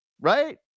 right